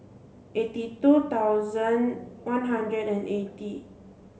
eighty two thousand one hundred and eighty